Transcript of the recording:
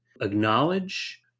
acknowledge